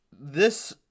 this-